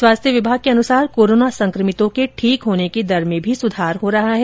स्वास्थ्य विभाग के अनुसार कोरोना संक्रमितों के ठीक होने की दर में भी सुधार हो रहा है